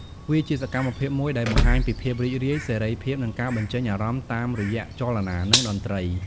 វាជាសកម្មភាពមួយដែលបង្ហាញពីភាពរីករាយ សេរីភាព និងការបញ្ជេញអារម្មណ៍តាមរយៈចលនា និងតន្ត្រី។